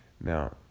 now